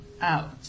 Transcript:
out